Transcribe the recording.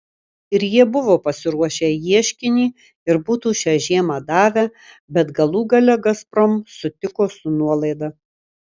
ir jie buvo pasiruošę ieškinį ir būtų šią žiemą davę bet galų gale gazprom sutiko su nuolaida